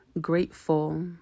grateful